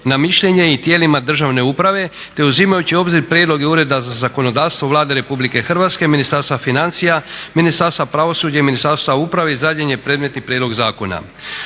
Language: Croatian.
na mišljenje i tijelima državne uprave, te uzimajući u obzir prijedloge i Ureda za zakonodavstvo Vlade RH, Ministarstva financija, Ministarstva pravosuđa i Ministarstva uprave izrađen je predmetni prijedlog zakona.